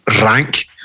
rank